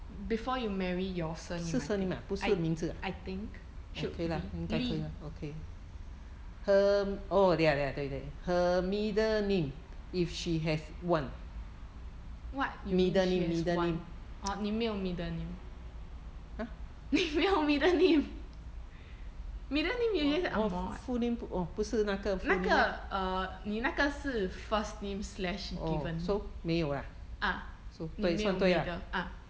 before you marry your surname I think I I think should be lee what you mean she has one orh 你没有 middle name 你没有 middle name middle name usually 是 angmo eh 那个 err 你那个是 first name slash given ah 对没有 middle ah